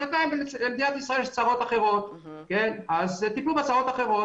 עדיין למדינת ישראל יש צרות אחרות וטיפלו בצרות האחרות.